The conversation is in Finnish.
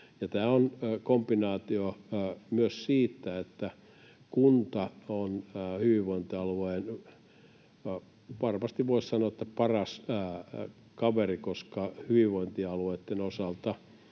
Tämä on kombinaatio myös siitä, että kunta on hyvinvointialueen, varmasti voisi sanoa, paras kaveri, koska hyvinvointialueitten osalta